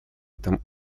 этом